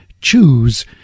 choose